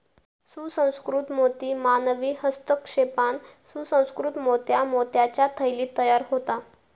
सुसंस्कृत मोती मानवी हस्तक्षेपान सुसंकृत मोत्या मोत्याच्या थैलीत तयार होता